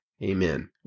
Amen